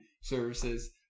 Services